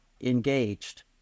engaged